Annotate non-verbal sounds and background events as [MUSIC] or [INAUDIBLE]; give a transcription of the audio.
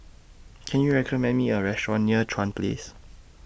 Can YOU recommend Me A Restaurant near Chuan Place [NOISE]